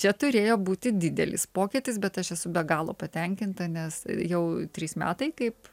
čia turėjo būti didelis pokytis bet aš esu be galo patenkinta nes jau trys metai kaip